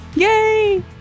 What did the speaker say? Yay